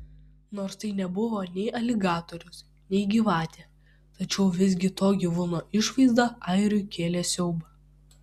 nors tai nebuvo nei aligatorius nei gyvatė tačiau visgi to gyvūno išvaizda airiui kėlė siaubą